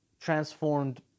transformed